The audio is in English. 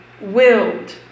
willed